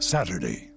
Saturday